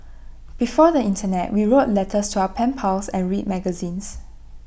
before the Internet we wrote letters to our pen pals and read magazines